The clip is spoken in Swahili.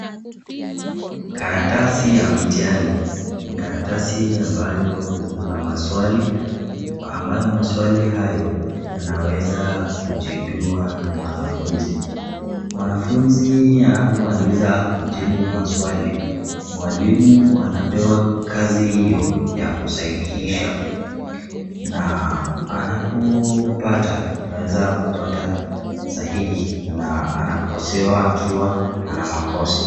Karatasi ya mtihani ni karatasi ambayo kuna maswali ambayo maswali hayo yanaweza kujibiwa na mwanafunzi, mwanafunzi anapomaliza kujibu maswali, mwalimu anapewa kazi hiyo ya kusahihisha na anapopata anaweza kupata sahihi na anakosewa akiwa ana makosa.